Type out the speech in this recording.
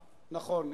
נכון,